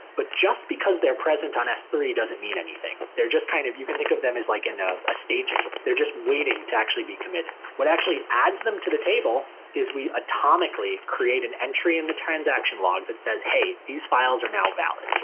but just because they are present on s three doesn't mean anything. they're just kind of you can think of them as like a ah ah staging. they're just waiting to actually be committed. what actually adds them to the table is we atomically create an entry in the transaction log that says, hey, these files are now valid.